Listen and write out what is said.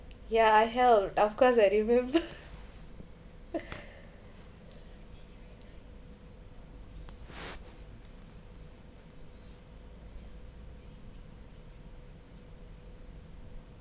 ya I helped of course I remember